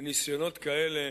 וניסיונות כאלה